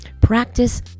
Practice